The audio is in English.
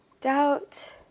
doubt